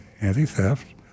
anti-theft